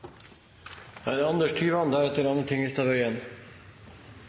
Anders Tyvand